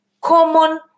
common